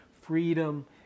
Freedom